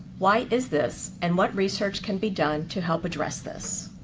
why is this, and what research can be done to help address this?